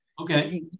Okay